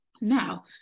Now